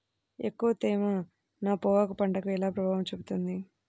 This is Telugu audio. ఎక్కువ తేమ నా పొగాకు పంటపై ఎలా ప్రభావం చూపుతుంది?